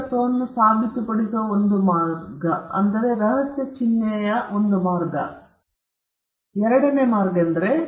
ಮಾಲೀಕತ್ವವನ್ನು ಸಾಬೀತುಪಡಿಸುವ ಒಂದು ಮಾರ್ಗವೆಂದು ನೀವು ಹೇಳಬಹುದು ನೀವು ನೀಡಿದ್ದೀರಿ ರಹಸ್ಯ ಚಿಹ್ನೆಯಲ್ಲಿ ಇರಿಸಿ